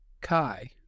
Kai